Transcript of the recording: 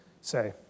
say